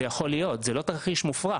זה יכול להיות, זה לא תרחיש מופרך,